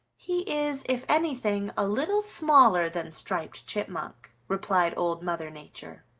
he is, if anything, a little smaller than striped chipmunk, replied old mother nature.